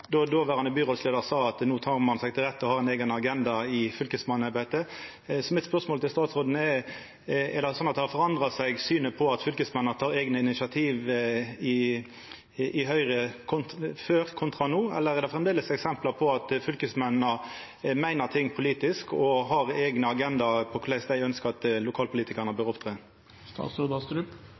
Då sa dåverande byrådsleiar at ein tok seg til rette i fylkesmannsembetet og hadde ein eigen agenda. Spørsmålet mitt til statsråden er: Er det sånn at synet på at fylkesmennene tek eigne initiativ, har forandra seg i Høgre, før kontra no, eller er det framleis eksempel på at fylkesmennene meiner ting politisk og har eigne agendaer for korleis dei ønskjer at lokalpolitikarane bør opptre? Dette var